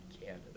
Canada